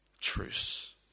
truce